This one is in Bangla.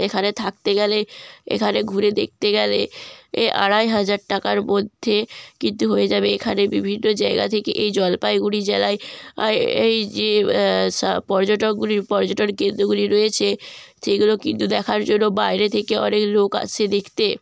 এখানে থাকতে গেলে এখানে ঘুরে দেখতে গেলে এ আড়াই হাজার টাকার মধ্যে কিন্তু হয়ে যাবে এখানে বিভিন্ন জায়গা থেকে এই জলপাইগুড়ি জেলায় আয় এই যে সা পর্যটকগুলি পর্যটন কেন্দ্রগুলি রয়েছে সেইগুলো কিন্তু দেখার জন্য বাইরে থেকে অনেক লোক আসে দেখতে